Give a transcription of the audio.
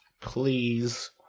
please